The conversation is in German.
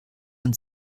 man